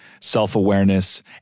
self-awareness